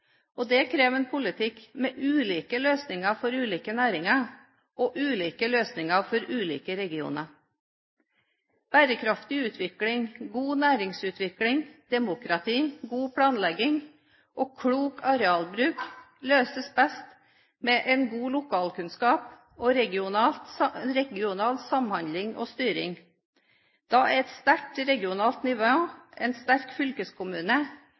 og det krever en politikk med ulike løsninger for ulike næringer og ulike løsninger for ulike regioner. Bærekraftig utvikling, god næringsutvikling, demokrati, god planlegging og klok arealbruk løses best med en god lokalkunnskap og regional samhandling og styring. Da er et sterkt regionalt nivå, en sterk fylkeskommune,